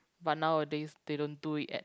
but nowadays they don't do it at